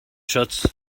shuts